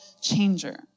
changer